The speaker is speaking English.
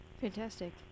Fantastic